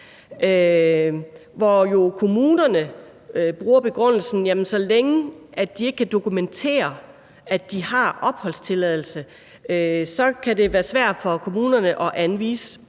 bolig. Kommunerne bruger jo den begrundelse, at så længe de ikke kan dokumentere, at de har opholdstilladelse, kan det være svært for kommunerne at anvise